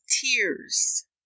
tears